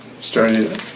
starting